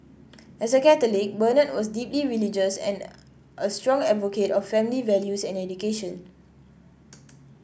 as a Catholic Bernard was deeply religious and a strong advocate of family values and education